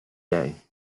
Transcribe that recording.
day